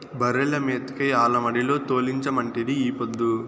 బర్రెల మేతకై ఆల మడిలో తోలించమంటిరి ఈ పొద్దు